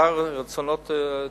לשר יש רצון טוב,